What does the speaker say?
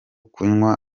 kunywa